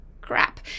crap